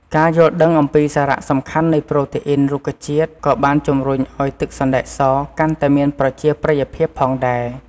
ការយល់ដឹងអំពីសារៈសំខាន់នៃប្រូតេអ៊ីនរុក្ខជាតិក៏បានជំរុញឱ្យទឹកសណ្តែកសកាន់តែមានប្រជាប្រិយភាពផងដែរ។